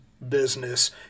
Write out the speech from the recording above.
Business